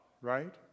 right